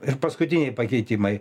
ir paskutiniai pakeitimai